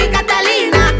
Catalina